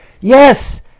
Yes